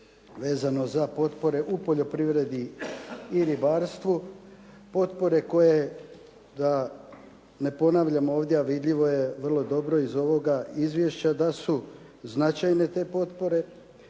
vezano za potpore u poljoprivredi i ribarstvu, potpore koje da ne ponavljam ovdje a vidljivo je vrlo dobro iz ovoga izvješća da su značajne te potpore,